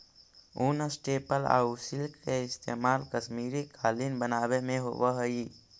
ऊन, स्टेपल आउ सिल्क के इस्तेमाल कश्मीरी कालीन बनावे में होवऽ हइ